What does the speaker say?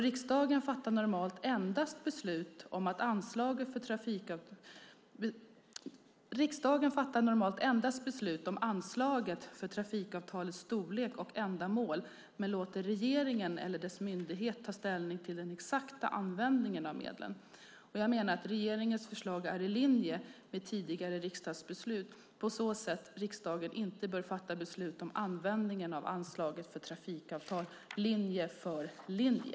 Riksdagen fattar normalt endast beslut om anslaget för trafikavtals storlek och ändamål men låter regeringen eller dess myndighet ta ställning till den exakta användningen av medlen. Jag menar att regeringens förslag är i linje med tidigare riksdagsbeslut på så sätt att riksdagen inte bör fatta beslut om användningen av anslaget för trafikavtal linje för linje.